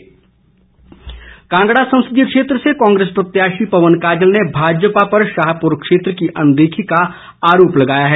पवन काजल कांगड़ा संसदीय क्षेत्र से कांग्रेस प्रत्याशी पवन काजल ने भाजपा पर शाहपुर क्षेत्र की अनदेखी का आरोप लगाया है